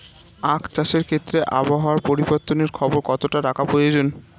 আখ চাষের ক্ষেত্রে আবহাওয়ার পরিবর্তনের খবর কতটা রাখা প্রয়োজন?